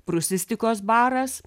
prūsistikos baras